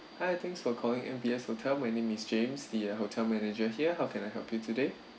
hi thanks for calling M_B_S hotel my name is james the hotel manager here how can I help you today